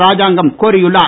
ராஜாங்கம் கோரியுள்ளார்